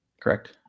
Correct